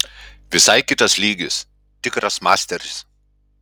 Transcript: visai kitas lygis tikras masteris